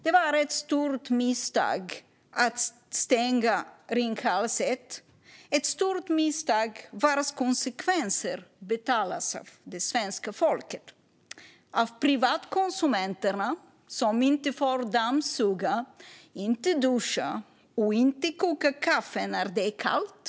Det var ett stort misstag att stänga Ringhals 1, ett misstag vars konsekvenser drabbar svenska folket. De drabbar privatkonsumenterna, som inte får dammsuga, inte duscha och inte koka kaffe när det är kallt.